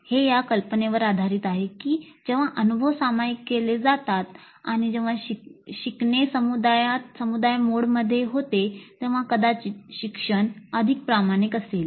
हे या कल्पनेवर आधारित आहे की जेव्हा अनुभव सामायिक केले जातात आणि जेव्हा शिकणे समुदाय मोडमध्ये होते तेव्हा कदाचित शिक्षण अधिक प्रामाणिक असेल